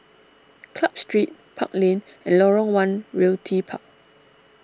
Club Street Park Lane and Lorong one Realty Park